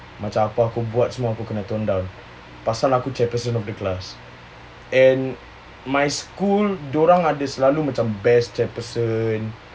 macam apa aku buat semua aku kena tone down pasal aku chairperson of the class and my school dorang ada selalu macam best chairperson